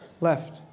left